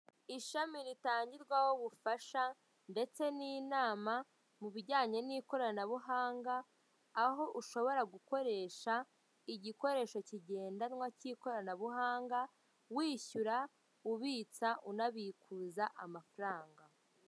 Ishami ritangirwaho ubufasha ndetse n'inama mu bijyanye n'ikoranabuhanga, aho ushobora gukoresha igikoresho kigendanwa cy'ikoranabuhanga, wishyura, ubitsa, unabikuza amafaranga.